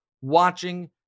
watching